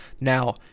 Now